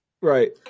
Right